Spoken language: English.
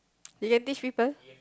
you can teach people